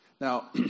Now